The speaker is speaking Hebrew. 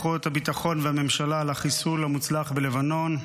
הביטחון והממשלה על החיסול המוצלח בלבנון.